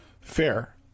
Fair